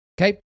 Okay